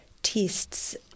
Tests